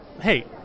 Hey